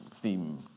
theme